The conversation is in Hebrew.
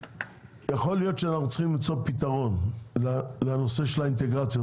יכול להיות שאנחנו צריכים למצוא פתרון לנושא של האינטגרציות,